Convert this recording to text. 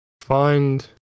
find